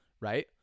right